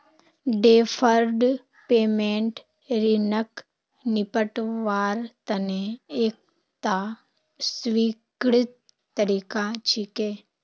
deferred payment ऋणक निपटव्वार तने एकता स्वीकृत तरीका छिके